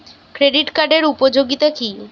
Credit কার্ডের উপযোগিতা কি?